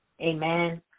Amen